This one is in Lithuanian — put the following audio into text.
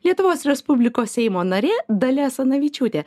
lietuvos respublikos seimo narė dalia asanavičiūtė